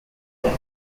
club